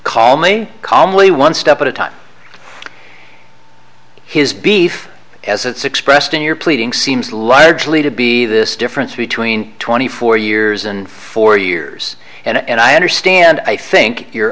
calmly calmly one step at a time his beef as it's expressed in your pleading seems largely to be this difference between twenty four years and four years and i understand i think your